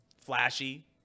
Flashy